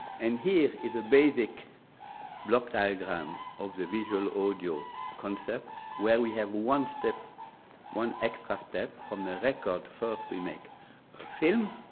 and here is a basic block diagram of the visual audio concept where we have one step one extra step from the record. first we make film,